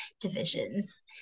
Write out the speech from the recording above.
divisions